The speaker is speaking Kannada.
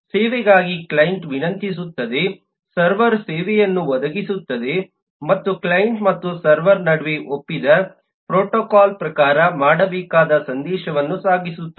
ಸೇವೆಗಾಗಿ ಕ್ಲೈಂಟ್ ವಿನಂತಿಸುತ್ತದೆ ಸರ್ವರ್ ಸೇವೆಯನ್ನು ಒದಗಿಸುತ್ತದೆ ಮತ್ತು ಕ್ಲೈಂಟ್ ಮತ್ತು ಸರ್ವರ್ ನಡುವೆ ಒಪ್ಪಿದ ಪ್ರೋಟೋಕಾಲ್ ಪ್ರಕಾರ ಮಾಡಬೇಕಾದ ಸಂದೇಶವನ್ನು ಸಾಗಿಸುತ್ತದೆ